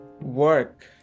Work